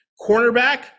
Cornerback